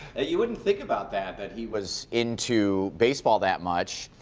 you wouldn't think about that, that he was into baseball that much.